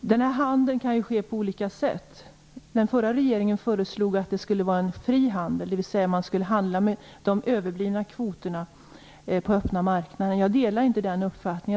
Den här handeln kan ske på olika sätt. Den förra regeringen föreslog att det skulle vara en fri handel, dvs. att man skulle handla med de överblivna kvoterna på den öppna marknaden. Jag delar inte den uppfattningen.